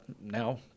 now